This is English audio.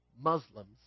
Muslims